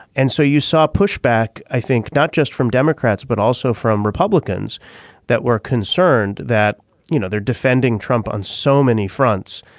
and so you saw pushback i think not just from democrats but also from republicans that were concerned that you know they're defending trump on so many fronts.